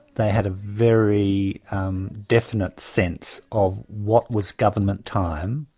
they had a very definite sense of what was government time,